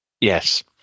yes